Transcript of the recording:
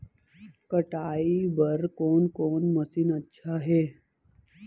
कटाई बर कोन कोन मशीन अच्छा हे?